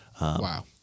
Wow